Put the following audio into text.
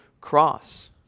cross